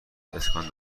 اسکان